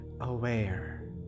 aware